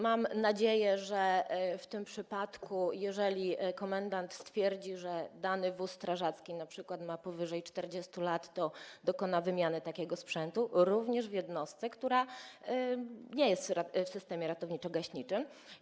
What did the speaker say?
Mam nadzieję, że w tym przypadku, jeżeli komendant stwierdzi, że dany wóz strażacki ma np. powyżej 40 lat, dokona wymiany takiego sprzętu, również w jednostce, która nie jest w systemie ratowniczo-gaśniczym.